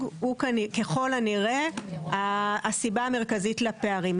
הוא ככל הנראה הסיבה המרכזית לפערים.